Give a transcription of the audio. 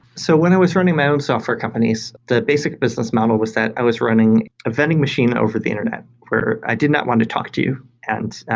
so when i was running my own software companies, the basic business model was that i was running a vending machine over the internet where i did not want to talk to you. and